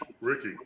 Ricky